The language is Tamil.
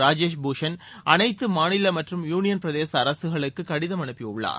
ராஜேஷ் பூஷன் அனைத்து மாநில மற்றும் யூனியன் பிரதேச அரசுகளுக்கு கடிதம் அனுப்பியுள்ளார்